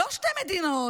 לא שתי מדינות,